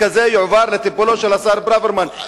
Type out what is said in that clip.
הזה יועבר לטיפולו של השר ברוורמן,